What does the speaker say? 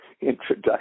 introduction